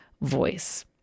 voice